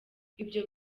ibyo